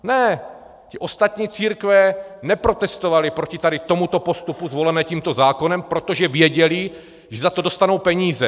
Ne, ty ostatní církve neprotestovaly proti tomuto postupu zvolenému tímto zákonem, protože věděly, že za to dostanou peníze.